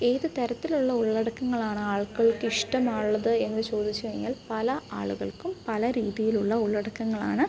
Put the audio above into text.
ഏത് തരത്തിലുള്ള ഉള്ളടക്കങ്ങളാണ് ആളുകൾക്ക് ഇഷ്ടമുള്ളത് എന്ന് ചോദിച്ച് കഴിഞ്ഞാൽ പല ആളുകൾക്കും പല രീതിയിലുള്ള ഉള്ളടക്കങ്ങളാണ്